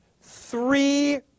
three